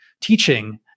teaching